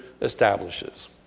establishes